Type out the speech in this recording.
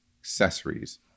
accessories